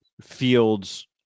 fields